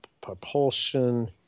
propulsion